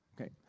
Okay